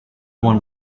one